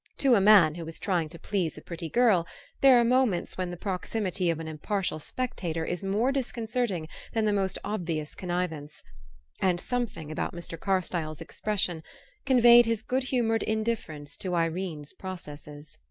to a man who is trying to please a pretty girl there are moments when the proximity of an impartial spectator is more disconcerting than the most obvious connivance and something about mr. carstyle's expression conveyed his good-humored indifference to irene's processes.